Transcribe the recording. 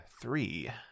three